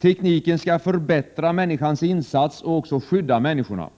Tekniken skall förbättra människans insats och också skydda människorna.